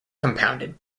compounded